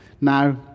Now